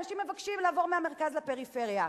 אנשים מבקשים לעבור מהמרכז לפריפריה.